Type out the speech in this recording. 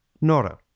Nora